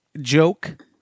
joke